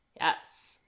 Yes